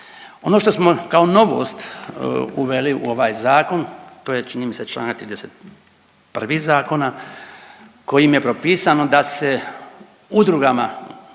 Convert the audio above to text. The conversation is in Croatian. Ono što smo kao novost uveli u ovaj Zakon, to je, čini mi se, čl. 31. Zakona kojim je propisano da se udrugama